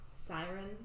siren